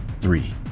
Three